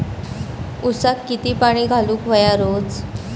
ऊसाक किती पाणी घालूक व्हया रोज?